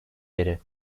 biri